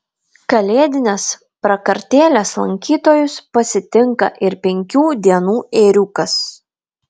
kalėdinės prakartėlės lankytojus pasitinka ir penkių dienų ėriukas